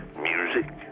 music